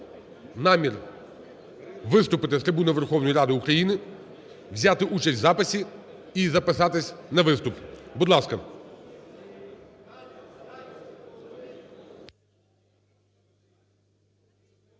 намір виступити з трибуни Верховної Ради України, взяти участь в записі і записатись на виступ. Будь ласка.